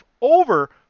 over